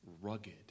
rugged